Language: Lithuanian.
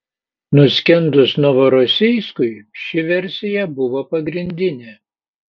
nuskendus novorosijskui ši versija buvo pagrindinė